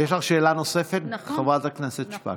יש לך שאלה נוספת, חברת הכנסת שפק?